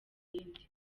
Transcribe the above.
iyindi